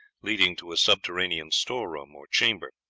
leading to a subterranean storeroom or chamber.